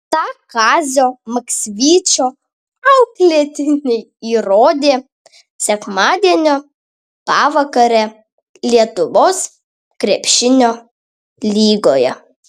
tą kazio maksvyčio auklėtiniai įrodė sekmadienio pavakarę lietuvos krepšinio lygoje